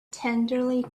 tenderly